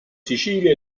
sicilia